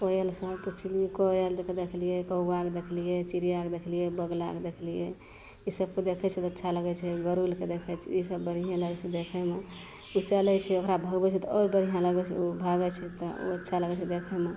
कोयलसे पुछलिए कोयलके देखलिए कौआके देखलिए चिड़िआँके देखलिए बगुलाके देखलिए ईसबके देखैके अच्छा लगै छै गरूड़के देखै छिए ईसब बढ़िएँ लगै छै देखैमे ओ चलै छै ओकरा भगबै छै तऽ आओर बढ़िआँ लगै छै ओ भागै छै तऽ खूब अच्छा लगै छै देखैमे